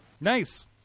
Nice